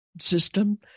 system